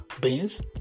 beans